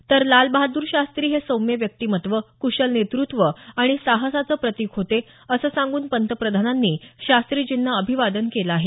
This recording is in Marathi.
तर लाल बहाद्र शास्त्री हे सौम्य व्यक्तिमत्व कुशल नेतृत्व आणि साहसाचं प्रतिक होते असं सांगून पंतप्रधानांनी शास्त्रीजींना अभिवादन केलं आहे